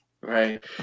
Right